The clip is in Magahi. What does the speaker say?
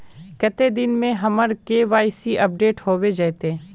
कते दिन में हमर के.वाई.सी अपडेट होबे जयते?